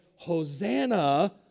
Hosanna